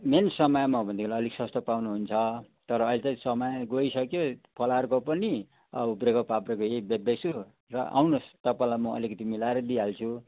main समयमा हो भनेदेखिलाई अलिक सस्तो पाउनुहुन्छ तर अहिले चाहिँ समय गइसक्यो फलारको पनि अ उब्रिएको पाप्रेको यही बेच्दैछु र आउनुहोस् तपाईँलाई म अलिकति मिलाएर दिइहाल्छु